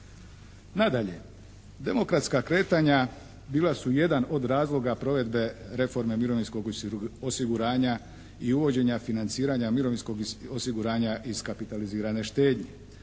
Nadalje demokratska kretanja bila su jedan od razloga provedbe reforme mirovinskog osiguranja i uvođenja financiranja mirovinskog osiguranja iz kapitalizirane štednje.